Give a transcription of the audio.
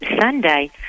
Sunday